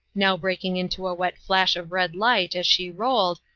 now breaking into a wet flash of red light as she rolled,